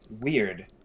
weird